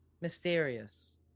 mysterious